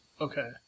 Okay